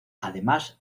además